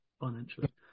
financially